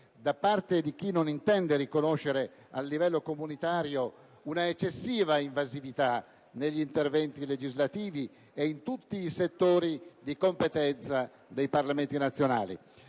da parte di chi non intende riconoscere a livello comunitario una eccessiva invasività negli interventi legislativi e in tutti i settori di competenza dei Parlamenti nazionali.